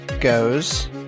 goes